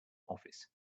office